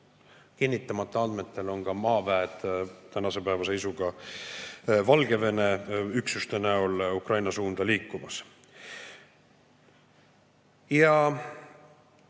Kinnitamata andmetel on ka maaväed tänase päeva seisuga Valgevene üksuste näol Ukraina suunas liikumas.